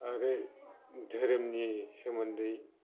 आरो धोरोमनि सोमोन्दै